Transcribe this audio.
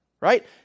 right